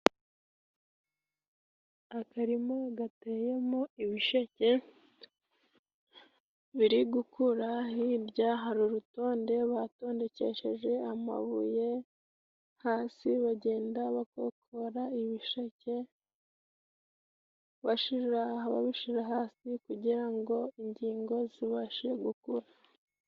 Akarima gateyemo ibisheke. Biri gukura hirya hari urutonde batondekesheje amabuye, hasi bagenda bakokora ibisheke. Babishira hasi kugira ngo ingingo zibashe gukura.